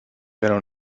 pero